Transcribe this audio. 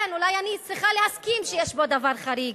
כן, אולי אני צריכה להסכים שיש פה דבר חריג,